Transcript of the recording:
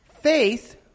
faith